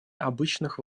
обычных